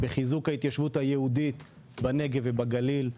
בחיזוק ההתיישבות היהודית בנגב ובגליל.